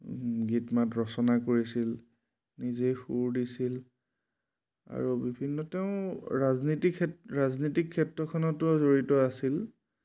গীত মাত ৰচনা কৰিছিল নিজে সুৰ দিছিল আৰু বিভিন্ন তেওঁ ৰাজনীতিৰ ক্ষেত্ৰ ৰাজনীতিক ক্ষেত্ৰখনতো জড়িত আছিল